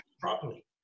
properly